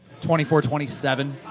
24-27